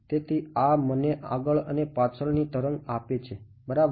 તેથી આ મને આગળ અને પાછળની તરંગ આપે છે બરાબર